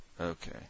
Okay